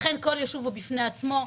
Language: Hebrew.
לכן כל ישוב הוא בפני עצמו.